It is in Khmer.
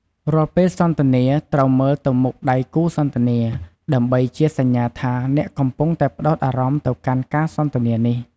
រាល់ពេលសន្ទនា ត្រូវមើលទៅមុខដៃគូសន្ទនា ដើម្បីជាសញ្ញាថា អ្នកកំពុងតែផ្តោតអារម្មណ៍ទៅកាន់ការសន្ទនានេះ។